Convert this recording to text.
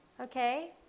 Okay